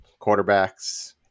quarterbacks